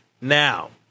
Now